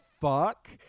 fuck